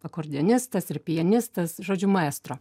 akordeonistas ir pianistas žodžiu maestro